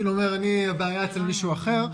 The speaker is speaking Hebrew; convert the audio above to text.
אתה לא אומר: הבעיה אצל מישהו אחר.